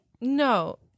No